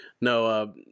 No